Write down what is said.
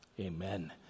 Amen